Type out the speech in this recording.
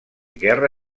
guerra